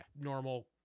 normal